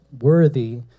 worthy